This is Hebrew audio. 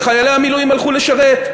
וחיילי המילואים הלכו לשרת,